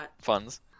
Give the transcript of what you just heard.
funds